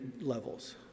levels